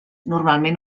normalment